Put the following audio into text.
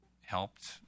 helped